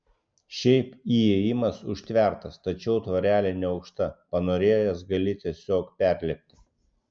šiaip įėjimas užtvertas tačiau tvorelė neaukšta panorėjęs gali tiesiog perlipti